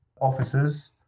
officers